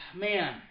man